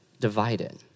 divided